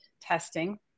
testing